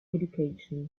education